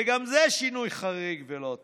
וגם זה שינוי חריג ולא טוב,